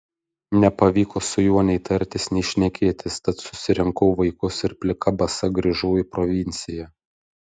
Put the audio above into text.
nepavyko su juo nei tartis nei šnekėtis tad susirinkau vaikus ir plika basa grįžau į provinciją